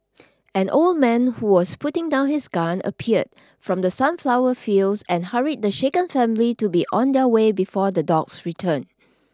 an old man who was putting down his gun appeared from the sunflower fields and hurried the shaken family to be on their way before the dogs return